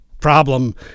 problem